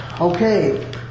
Okay